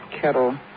kettle